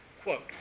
Quote